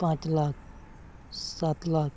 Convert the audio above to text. ᱯᱟᱸᱪ ᱞᱟᱠᱷ ᱥᱟᱛ ᱞᱟᱠᱷ